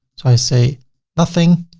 so i say nothing,